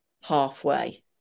halfway